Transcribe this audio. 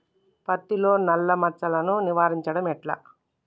పత్తిలో నల్లా మచ్చలను నివారించడం ఎట్లా?